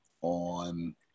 on